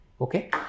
Okay